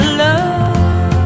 love